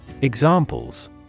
Examples